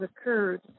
occurred